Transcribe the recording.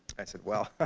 i said, well,